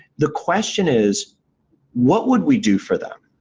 the question is what would we do for them?